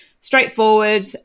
straightforward